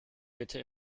bitte